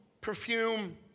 perfume